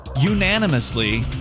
unanimously